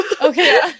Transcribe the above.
okay